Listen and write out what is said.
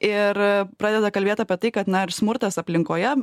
ir pradeda kalbėt apie tai kad na ir smurtas aplinkoje